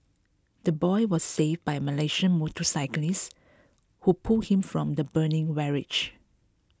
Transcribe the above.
the boy was saved by a Malaysian motorcyclist who pulled him from the burning wreckage